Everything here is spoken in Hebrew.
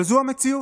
אבל זו המציאות.